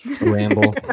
ramble